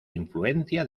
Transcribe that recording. influencia